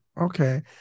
Okay